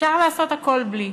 אפשר לעשות הכול בלי.